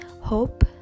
hope